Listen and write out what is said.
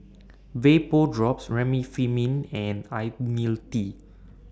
Vapodrops Remifemin and Ionil T